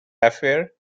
affair